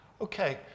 Okay